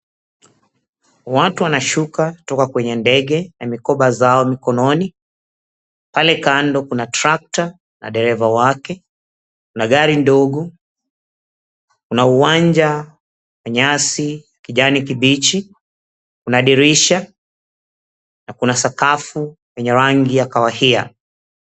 Watu wanashuka kutoka kwenye ndege na mikoba zao mikononi, pale kando kuna tractor na dereva wake na gari ndogo na uwanja wa nyasi kijani kibichi, kuna dirisha na kuna sakafu yenye rangi ya kahawia.